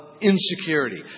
insecurity